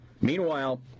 Meanwhile